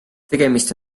tegemist